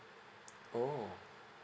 oh